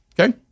Okay